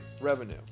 revenue